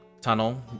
tunnel